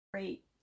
Great